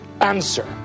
answer